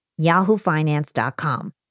yahoofinance.com